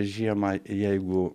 žiemą jeigu